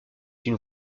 une